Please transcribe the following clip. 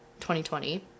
2020